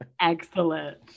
Excellent